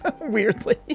weirdly